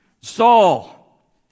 Saul